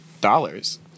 dollars